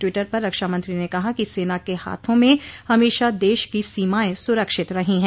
Twitter पर रक्षामंत्री ने कहा कि सेना के हाथों में हमेशा देश की सीमाएं सुरक्षित रही हैं